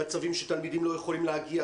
במצבים שבהם תלמידים לא יכולים להגיע,